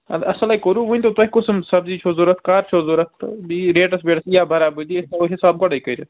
اَدٕ اَصٕلٕے کوٚروٕ ؤنۍ تو تۄہہِ کُس یِم سبزی چھَو ضوٚرَتھ کر چھَو ضوٚرَتھ بیٚیہِ ریٹس ویٹس یِیا برابٔردی أسۍ تھاوو حِساب گۄڈَے کٔرِتھ